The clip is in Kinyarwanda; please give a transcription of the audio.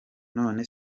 none